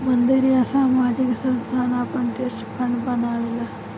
मंदिर या सामाजिक संस्थान आपन ट्रस्ट फंड बनावेला